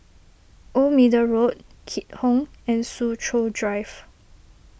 Old Middle Road Keat Hong and Soo Chow Drive